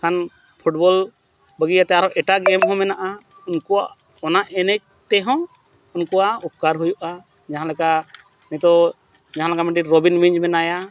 ᱠᱷᱟᱱ ᱵᱟᱹᱜᱤ ᱠᱟᱛᱮᱫ ᱟᱨᱦᱚᱸ ᱮᱴᱟᱜ ᱦᱚᱸ ᱢᱮᱱᱟᱜᱼᱟ ᱩᱱᱠᱩᱣᱟᱜ ᱚᱱᱟ ᱮᱱᱮᱡ ᱛᱮᱦᱚᱸ ᱩᱱᱠᱩᱣᱟᱜ ᱩᱯᱠᱟᱨ ᱦᱩᱭᱩᱜᱼᱟ ᱡᱟᱦᱟᱸᱞᱮᱠᱟ ᱱᱤᱛᱳᱜ ᱡᱟᱦᱟᱸ ᱞᱮᱠᱟ ᱢᱤᱫᱴᱤᱡ ᱨᱚᱵᱤᱱ ᱢᱤᱧᱡᱽ ᱢᱮᱱᱟᱭᱟ